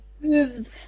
moves